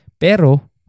pero